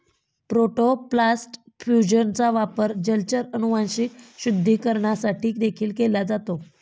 protoplast फ्यूजनचा वापर जलचर अनुवांशिक शुद्धीकरणासाठी देखील केला जातो